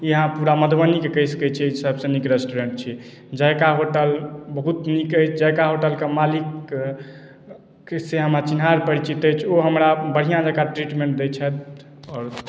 ई अहाँ पूरा मधुबनीके कहि सकैत छियै सभसँ नीक रेस्टोरेन्ट छी जायका होटल बहुत नीक अइ जायका होटलके मालिक से हमरा चिन्हार परिचित अछि ओ हमरा बढ़िआँ जकाँ ट्रीटमेन्ट दैत छथि आओर